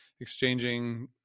exchanging